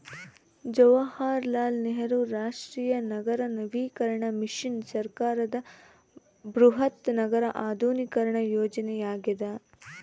ಜವಾಹರಲಾಲ್ ನೆಹರು ರಾಷ್ಟ್ರೀಯ ನಗರ ನವೀಕರಣ ಮಿಷನ್ ಸರ್ಕಾರದ ಬೃಹತ್ ನಗರ ಆಧುನೀಕರಣ ಯೋಜನೆಯಾಗ್ಯದ